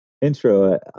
intro